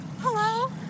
Hello